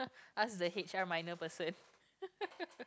ask the H_R minor person